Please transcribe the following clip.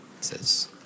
says